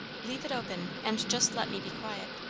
leave it open and just let me be quiet.